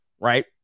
right